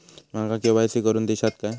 माका के.वाय.सी करून दिश्यात काय?